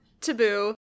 Taboo